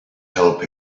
help